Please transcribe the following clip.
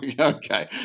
okay